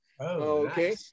okay